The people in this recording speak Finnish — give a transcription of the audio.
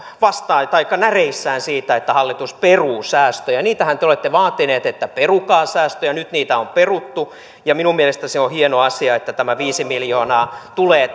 näreissään siitä että hallitus peruu säästöjä niitähän te olette vaatineet että perukaa säästöjä nyt niitä on peruttu minun mielestäni se on hieno asia että tämä viisi miljoonaa tulee